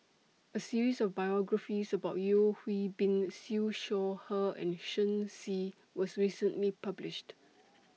A series of biographies about Yeo Hwee Bin Siew Shaw Her and Shen Xi was recently published